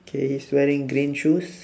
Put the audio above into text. okay he's wearing green shoes